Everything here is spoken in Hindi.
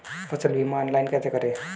फसल बीमा ऑनलाइन कैसे करें?